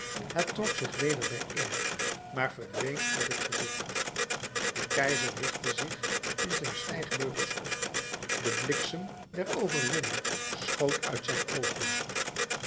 het trok zich weder bijeen maar verdween uit het gezicht de keizer richtte zich in zijn stijgbeugels op de bliksem der overwinning schoot uit zijn oogen